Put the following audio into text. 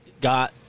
got